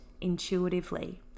intuitively